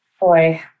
Boy